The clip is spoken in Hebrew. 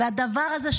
והדבר הזה,